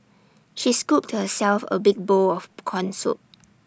she scooped herself A big bowl of Corn Soup